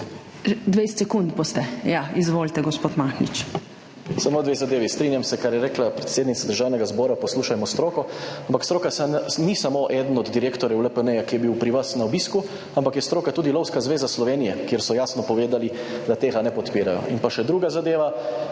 sekund boste… Ja, izvolite, gospod Mahnič. ŽAN MAHNIČ (PS SDS): Samo dve zadevi. Strinjam se, kar je rekla predsednica Državnega zbora, poslušajmo stroko, ampak stroka ni samo eden od direktorjev LPN, ki je bil pri vas na obisku, ampak je stroka tudi Lovska zveza Slovenije, kjer so jasno povedali, da tega ne podpirajo. In pa še druga zadeva.